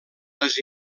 les